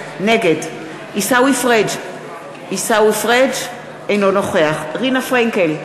נגד עיסאווי פריג' אינו נוכח רינה פרנקל,